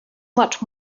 much